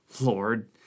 Lord